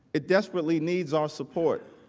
it desperately needs our support.